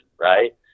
right